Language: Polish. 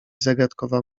zagadkowa